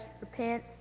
repent